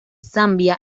zambia